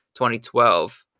2012